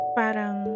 parang